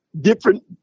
different